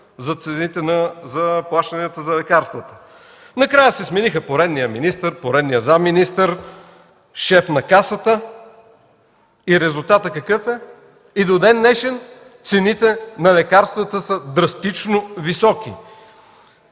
корекцията за плащанията за лекарствата. Накрая се смениха поредният министър, поредният заместник-министър, шефът на Касата. Резултатът какъв е? И до ден-днешен цените на лекарствата са драстично високи!